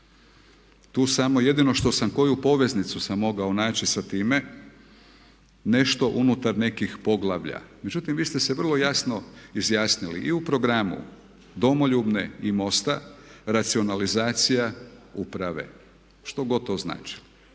Tu samo jedino što sam koju poveznicu sam mogao naći sa time nešto unutar nekih poglavlja. Međutim, vi ste se vrlo jasno izjasnili i u programu Domoljubne i MOST-a, racionalizacija uprave što god to značilo.